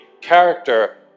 character